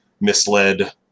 misled